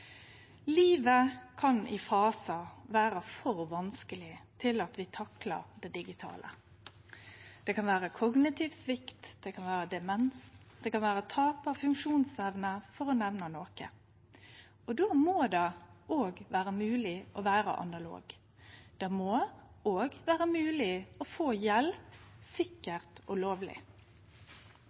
Livet kan i fasar vere for vanskeleg til at vi taklar det digitale. Det kan vere kognitiv svikt, det kan vere demens, det kan vere tap av funksjonsevne, for å nemne noko. Då må det vere mogleg å vere analog. Det må òg vere mogleg å få hjelp, sikkert og lovleg.